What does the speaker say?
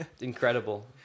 Incredible